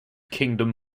kingdom